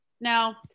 Now